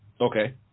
Okay